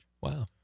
Wow